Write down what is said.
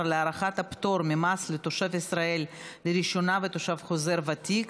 להארכת הפטור ממס לתושב ישראל לראשונה ותושב חוזר ותיק),